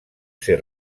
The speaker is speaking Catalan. ser